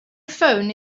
phone